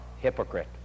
hypocrite